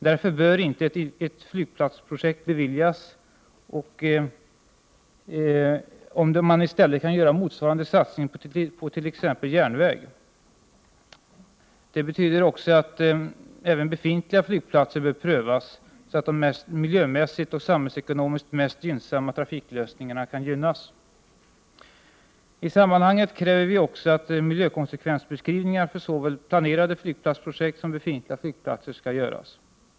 Därför bör inte ett flygplatsprojekt beviljas om det i stället kan göras en motsvarande satsning på t.ex. järnväg. Det betyder att även befintliga flygplatser bör prövas så att de miljömässigt och samhällsekonomiskt mest gynnsamma trafiklösningarna kan prioriteras. I sammanhanget kräver vi också att miljökonsekvensbeskrivningar för såväl planerade flygplatsprojekt som befintliga flygplatser skall göras.